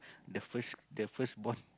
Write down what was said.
the first the first born